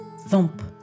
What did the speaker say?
thump